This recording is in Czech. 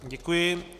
Děkuji.